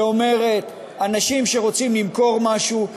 שאומרת: אנשים שרוצים למכור משהו,